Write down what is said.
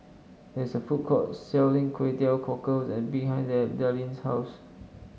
there is a food court selling Kway Teow Cockles behind them Darlene's house